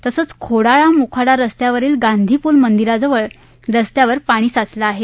तसचं खोडाळा मोखाडा रस्त्यावरील गांधीपुल मंदिराजवळ रस्त्यावर पाणी साचलं आहे